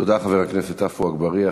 תודה, חבר הכנסת עפו אגבאריה.